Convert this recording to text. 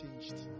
changed